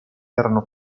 erano